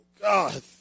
God